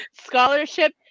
scholarship